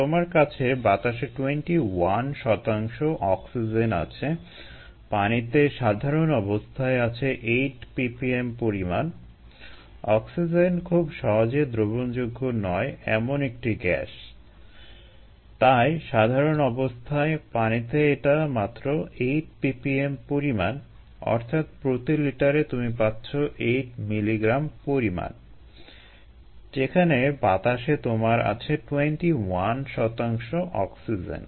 তোমার কাছে বাতাসে 21 শতাংশ অক্সিজেন আছে পানিতে সাধারণ অবস্থায় আছে 8 ppm পরিমাণ অক্সিজেন খুব সহজে দ্রবণযোগ্য নয় এমন একটি গ্যাস তাই সাধারণ অবস্থায় পানিতে এটা মাত্র 8 ppm পরিমাণ অর্থাৎ প্রতি লিটারে তুমি পাচ্ছো 8 mili gram পরিমাণ যেখানে বাতাসে তোমার আছে 21 শতাংশ অক্সিজেন